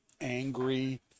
angry